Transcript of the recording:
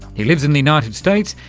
he lives in the united states,